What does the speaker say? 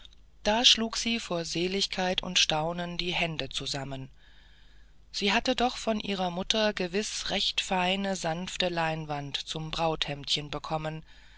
da schlug sie vor seligkeit und staunen die hände zusammen sie hatte doch von ihrer mutter gewiß recht feine sanfte leinwand zum brauthemdchen bekommen